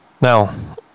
Now